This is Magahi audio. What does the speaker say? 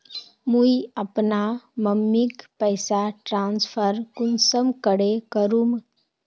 मुई अपना मम्मीक पैसा ट्रांसफर कुंसम करे करूम?